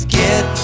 get